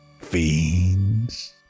fiends